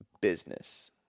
business